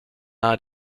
nahe